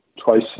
twice